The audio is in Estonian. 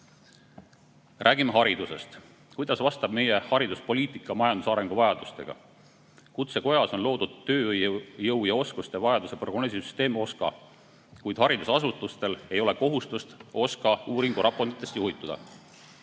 eelnõud. Räägime haridusest. Kuidas vastab meie hariduspoliitika majanduse arengu vajadustele? Kutsekojas on loodud tööjõu ja oskuste vajaduse prognoosimise süsteem OSKA, kuid haridusasutustel ei ole kohustust OSKA uuringuraportitest juhinduda.